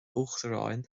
uachtaráin